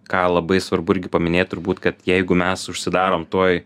ką labai svarbu irgi paminėt turbūt kad jeigu mes užsidarom toj